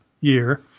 year